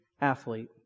athlete